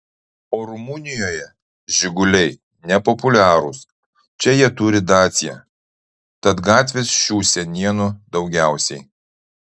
o rumunijoje žiguliai nepopuliarūs čia jie turi dacia tad gatvės šių senienų daugiausiai